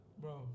Bro